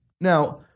now